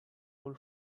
role